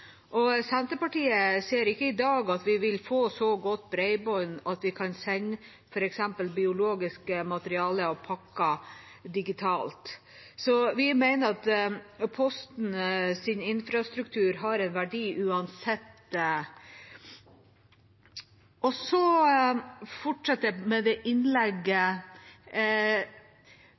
sammen. Senterpartiet ser ikke i dag at vi vil få så godt bredbånd at vi kan sende f.eks. pakker med biologisk materiale digitalt. Vi mener at postens infrastruktur har en verdi uansett. Posten og